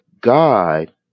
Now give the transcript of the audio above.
God